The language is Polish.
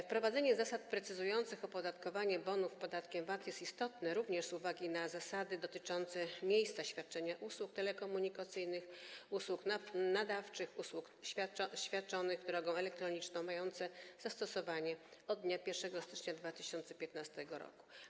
Wprowadzenie zasad precyzujących opodatkowanie bonów podatkiem VAT jest istotne również z uwagi na zasady dotyczące miejsca świadczenia usług telekomunikacyjnych, usług nadawczych, usług świadczonych drogą elektroniczną, mające zastosowanie od dnia 1 stycznia 2015 r.